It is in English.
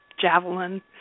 javelin